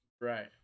Right